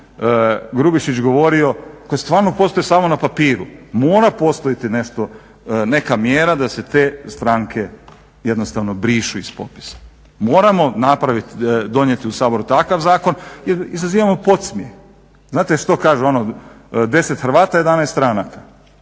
Grubišić govorio koje stvarno postoje samo na papiru, mora postojati nešto neka mjera da se te stranke jednostavno brišu iz popisa. Moramo napraviti, donijeti u Saboru takav zakon jer izazivamo podsmijeh. Znate što kažu, 10 Hrvata 11 stranaka.